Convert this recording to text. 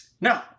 No